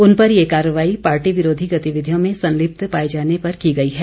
उन पर ये कार्रवाई पार्टी विरोधी गतिविधियों में संलिप्त पाए जाने पर की गई है